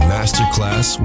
Masterclass